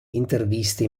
interviste